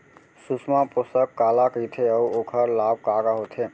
सुषमा पोसक काला कइथे अऊ ओखर लाभ का का होथे?